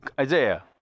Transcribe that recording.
Isaiah